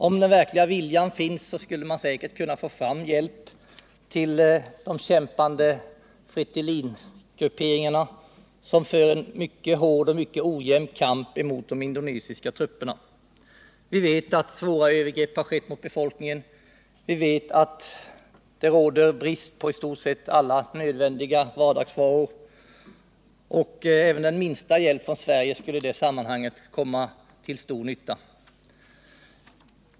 Om den verkliga viljan fanns skulle man säkert kunna få fram hjälp till de kämpande Fretilingrupperna, som för en mycket hård och mycket ojämn kamp mot de indonesiska trupperna. Vi vet att svåra övergrepp har skett mot befolkningen. Vi vet att det råder brist på i stort sett alla nödvändiga vardagsvaror. Även den minsta hjälp från Sverige skulle i detta sammanhang komma till stor nytta.